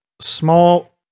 small